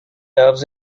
loves